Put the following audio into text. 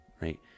right